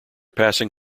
passing